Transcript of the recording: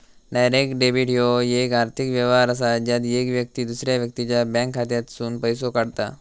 direct debit ह्यो येक आर्थिक व्यवहार असा ज्यात येक व्यक्ती दुसऱ्या व्यक्तीच्या बँक खात्यातसूनन पैसो काढता